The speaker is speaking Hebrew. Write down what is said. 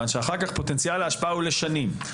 מכיוון שאחר כך פוטנציאל ההשפעה הוא לשנים,